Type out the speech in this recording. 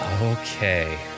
Okay